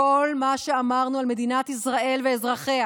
כל מה שאמרנו על מדינת ישראל ואזרחיה